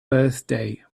birthday